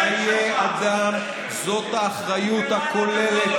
חיי אדם הם האחריות הכוללת,